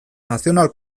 nazional